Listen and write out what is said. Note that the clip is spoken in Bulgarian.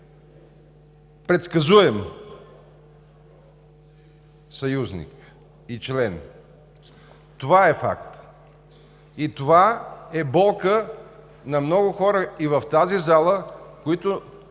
предсказуем съюзник и член. Това е факт, и това е болка на много хора и в тази зала, които